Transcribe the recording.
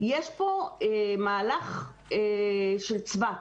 יש פה מהלך של צבת.